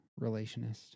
relationist